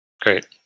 Great